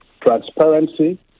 transparency